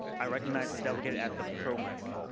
i recognize the the delegate at the pro mike.